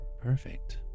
perfect